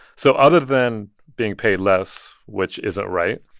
so other than being paid less, which isn't right,